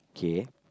K